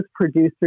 producers